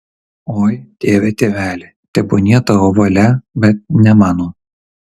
oi tėve tėveli tebūnie tavo valia bet ne mano